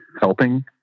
helping